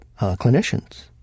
Clinicians